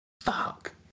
fuck